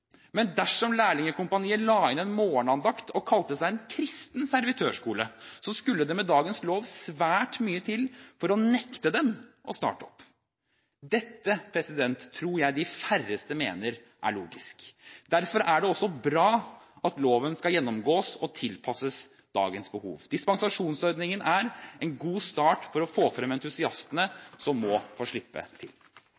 Men dersom Lærlingekompaniet la inn en morgenandakt og kalte seg en kristen servitørskole, skulle det med dagens lov svært mye til for å nekte dem å starte opp. Dette tror jeg de færreste mener er logisk. Derfor er det også bra at loven skal gjennomgås og tilpasses dagens behov. Dispensasjonsordningen er en god start for å få frem entusiastene